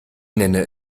nenne